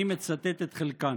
אני מצטט את חלקן: